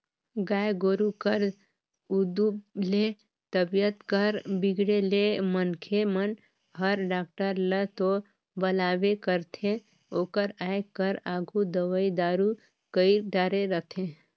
गाय गोरु कर उदुप ले तबीयत कर बिगड़े ले मनखे मन हर डॉक्टर ल तो बलाबे करथे ओकर आये कर आघु दवई दारू कईर डारे रथें